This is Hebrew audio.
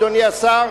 אדוני השר,